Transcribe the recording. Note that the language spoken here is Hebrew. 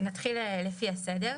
נתחיל לפי הסדר.